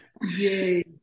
yay